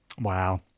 Wow